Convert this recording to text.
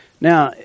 Now